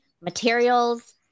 materials